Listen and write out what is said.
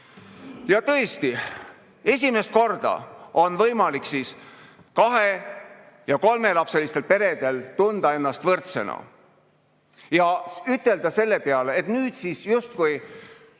Tõesti, esimest korda on võimalik kahe- ja kolmelapselistel peredel tunda ennast võrdsena. Ütelda selle peale, et nüüd justkui